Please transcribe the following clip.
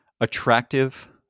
attractive